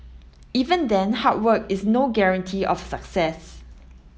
even then hard work is no guarantee of success